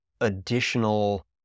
additional